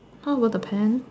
how about the pants